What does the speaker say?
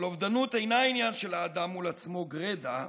אבל אובדנות אינה עניין של האדם מול עצמו גרידא,